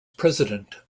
president